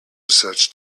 such